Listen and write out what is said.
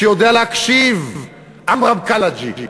שיודע להקשיב, עמרם קלעג'י.